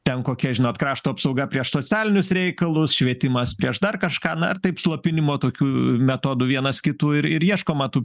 ten kokia žinot krašto apsauga prieš socialinius reikalus švietimas prieš dar kažką na ar taip slopinimo tokių metodų vienas kitų ir ir ieškoma tų